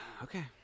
okay